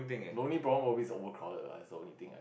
no need problem always overcrowded lah is only thing I